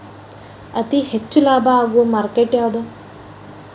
ಅತಿ ಹೆಚ್ಚು ಲಾಭ ಆಗುವ ಮಾರ್ಕೆಟ್ ಯಾವುದು?